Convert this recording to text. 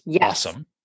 awesome